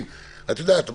את יודעת,